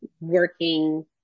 working